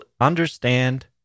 understand